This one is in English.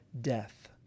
death